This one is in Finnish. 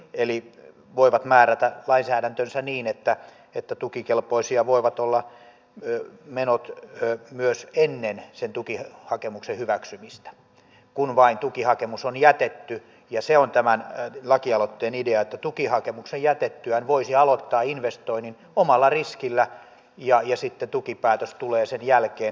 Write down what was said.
eli ne voivat määrätä lainsäädäntönsä niin että tukikelpoisia voivat olla menot myös ennen sen tukihakemuksen hyväksymistä kun vain tukihakemus on jätetty ja se on tämän lakialoitteen idea että tukihakemuksen jätettyään voisi aloittaa investoinnin omalla riskillä ja sitten tukipäätös tulee sen jälkeen